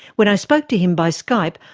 when i spoke to him by skype,